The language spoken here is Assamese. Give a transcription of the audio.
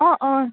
অঁ অঁ